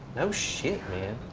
no shit man.